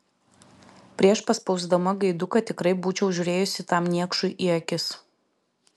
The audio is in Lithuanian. prieš paspausdama gaiduką tikrai būčiau žiūrėjusi tam niekšui į akis